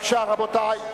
רבותי,